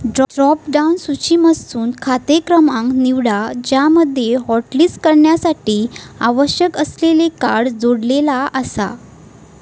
drop down सूचीमधसून खाते क्रमांक निवडा ज्यामध्ये हॉटलिस्ट करण्यासाठी आवश्यक असलेले कार्ड जोडलेला आसा